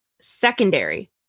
secondary